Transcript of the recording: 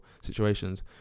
situations